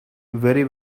very